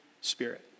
Spirit